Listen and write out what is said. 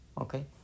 Okay